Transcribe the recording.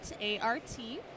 A-R-T